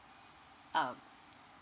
um